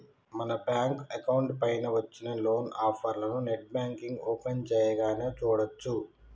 మన bank account పైన వచ్చిన లోన్ ఆఫర్లను నెట్ బ్యాంకింగ్ ఓపెన్ చేయగానే చూడచ్చు